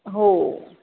हो